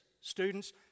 students